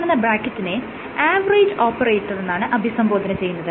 ഈ കാണുന്ന ബ്രാക്കറ്റിനെ ആവറേജ് ഓപ്പറേറ്റർ എന്നാണ് അഭിസംബോധന ചെയ്യുന്നത്